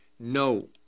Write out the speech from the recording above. No